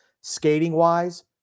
skating-wise